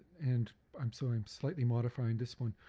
and, i'm sorry, i'm slightly modifying this one.